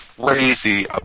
crazy